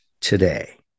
today